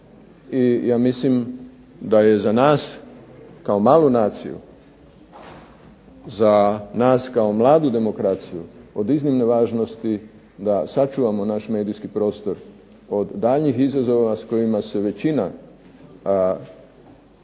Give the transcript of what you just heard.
i ja mislim da je za nas kao malu naciju, za nas kao mladu demokraciju od iznimne važnosti da sačuvamo naš medijski prostor od daljnjih izazova s kojima se većina mladih